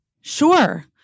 Sure